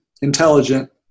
intelligent